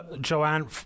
Joanne